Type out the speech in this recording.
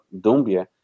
Dumbia